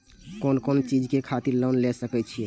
कोन कोन चीज के खातिर लोन ले सके छिए?